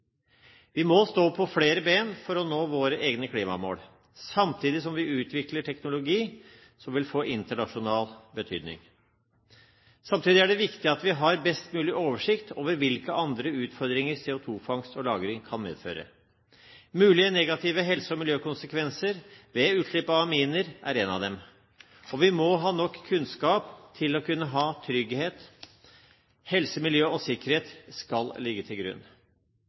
Vi må stå på flere ben for å nå våre egne klimamål, samtidig som vi utvikler teknologi som vil få internasjonal betydning. Samtidig er det viktig at vi har best mulig oversikt over hvilke andre utfordringer CO2-fangst og -lagring kan medføre. Mulige negative helse- og miljøkonsekvenser ved utslipp av aminer er en av dem, og vi må ha nok kunnskap til å kunne ha trygghet. Helse, miljø og sikkerhet skal ligge til grunn.